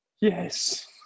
Yes